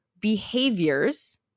behaviors